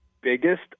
biggest